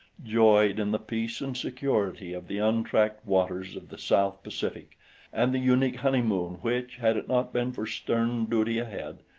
joyed in the peace and security of the untracked waters of the south pacific and the unique honeymoon which, had it not been for stern duty ahead,